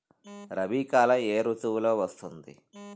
రబీ కాలం ఏ ఋతువులో వస్తుంది?